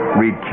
read